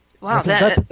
Wow